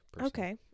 Okay